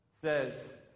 says